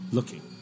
Looking